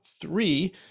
Three